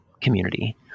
community